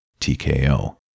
TKO